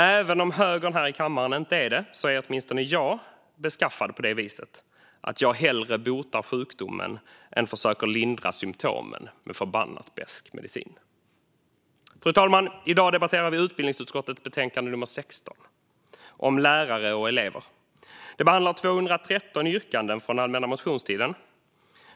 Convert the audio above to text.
Även om högern här i kammaren inte är det så är åtminstone jag beskaffad på det viset att jag hellre botar sjukdomen än försöker lindra symtomen med förbannat besk medicin. Fru talman! I dag debatterar vi utbildningsutskottets betänkande nummer 16 om lärare och elever. Det behandlar 213 yrkanden från allmänna motionstiden.